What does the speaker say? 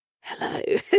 hello